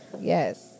Yes